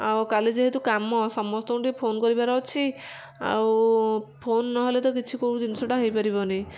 ଆଉ କାଲି ଯେହେତୁ କାମ ସମସ୍ତଙ୍କୁ ଟିକେ ଫୋନ୍ କରିବାର ଅଛି ଆଉ ଫୋନ୍ ନହେଲେ ତ କିଛି କେଉଁ ଜିନିଷଟା ହୋଇପାରିବନି